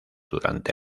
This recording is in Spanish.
durante